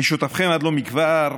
כשותפכם עד לא מכבר,